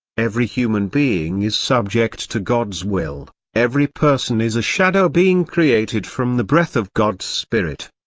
every human being is subject to god's will, every person is a shadow being created from the breath of god's spirit.